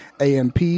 AMP